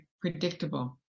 predictable